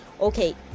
okay